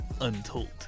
untold